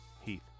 Heath